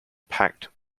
pact